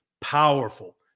powerful